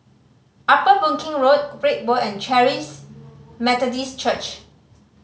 Upper Boon Keng Road Great World and Charis Methodist Church